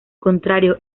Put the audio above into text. contrario